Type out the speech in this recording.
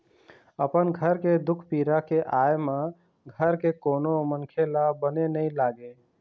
अपन घर के दुख पीरा के आय म घर के कोनो मनखे ल बने नइ लागे